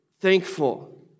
thankful